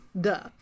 duh